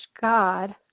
God